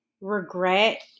regret